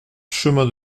chemin